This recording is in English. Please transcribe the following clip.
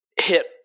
hit